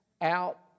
out